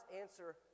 answer